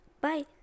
Bye